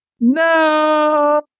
No